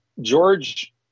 george